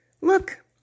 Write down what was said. look